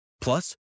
Plus